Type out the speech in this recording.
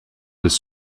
des